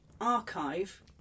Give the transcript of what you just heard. archive